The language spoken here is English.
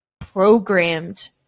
programmed